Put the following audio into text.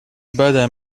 بدم